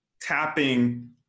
tapping